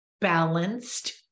balanced